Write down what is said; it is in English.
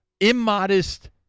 immodest